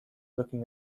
looking